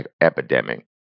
epidemic